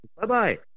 Bye-bye